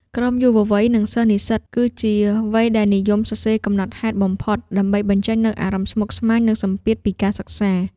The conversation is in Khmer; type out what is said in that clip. ក្រុមយុវវ័យ និងសិស្សនិស្សិត គឺជាវ័យដែលនិយមសរសេរកំណត់ហេតុបំផុត ដើម្បីបញ្ចេញនូវអារម្មណ៍ស្មុគស្មាញ និងសម្ពាធពីការសិក្សា។